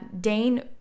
Dane